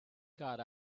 got